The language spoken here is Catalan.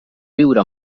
viure